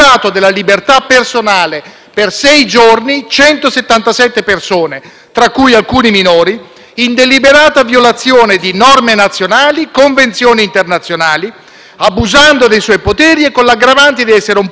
in deliberata violazione di norme nazionali e convenzioni internazionali, abusando dei suoi poteri e con l'aggravante di essere un pubblico ufficiale nell'esercizio delle sue funzioni. È un fatto senza precedenti.